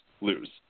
lose